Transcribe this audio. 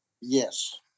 Yes